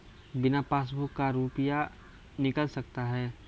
बिना पासबुक का रुपये निकल सकता हैं?